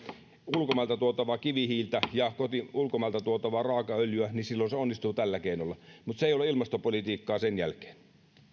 ulkomailta tuotavaa kivihiiltä ja ulkomailta tuotavaa raakaöljyä niin se onnistuu tällä keinolla mutta se ei ole ilmastopolitiikkaa sen jälkeen